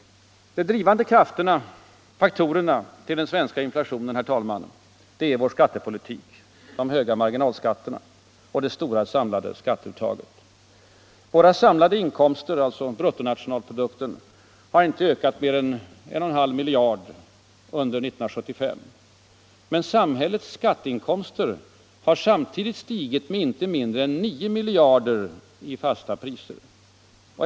De drivande faktorerna till den svenska inflationen, herr talman, är vår skattepolitik — de höga marginalskatterna och det stora samlade skatteuttaget. Våra samlade inkomster — bruttonationalprodukten — har inte ökat med mer än 1,5 miljarder under 1975. Men samhällets skatteinkomster har samtidigt stigit med inte mindre än 9 miljarder i fasta priser.